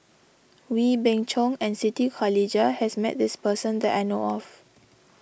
Wee Beng Chong and Siti Khalijah has met this person that I know of